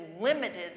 limited